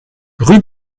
rue